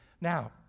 Now